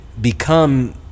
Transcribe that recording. become